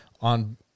on –